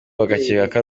bagakeka